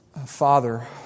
Father